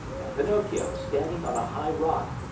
and pinocchio, standing on a high rock,